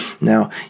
Now